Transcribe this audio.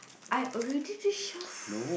I already say twelve